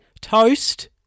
toast